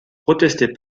protestait